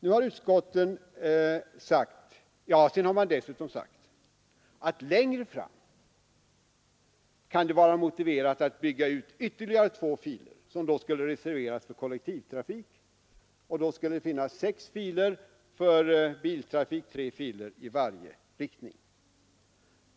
Dessutom har det sagts att det längre fram kan vara motiverat att bygga ut ytterligare två filer, som då skulle reserveras för kollektivtrafik. Det skulle bli sex filer för biltrafik, tre filer i varje riktning.